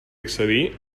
accedir